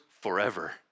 forever